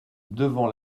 devant